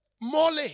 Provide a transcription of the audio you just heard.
Mole